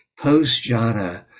post-jhana